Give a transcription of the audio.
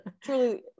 Truly